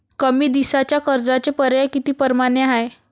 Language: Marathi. कमी दिसाच्या कर्जाचे पर्याय किती परमाने हाय?